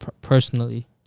personally